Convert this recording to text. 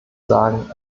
sagen